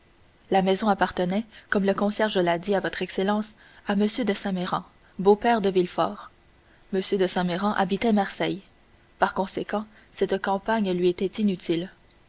la maison appartenait comme le concierge l'a dit à votre excellence à m de saint méran beau-père de villefort m de saint méran habitait marseille par conséquent cette campagne lui était inutile